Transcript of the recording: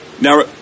now